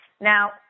Now